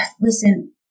Listen